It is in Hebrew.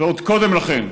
ועוד קודם לכן,